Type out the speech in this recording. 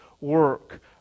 work